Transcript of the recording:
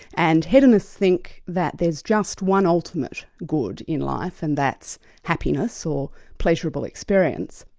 and hedonists think that there's just one ultimate good in life, and that's happiness or pleasurable experience.